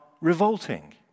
revolting